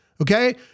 okay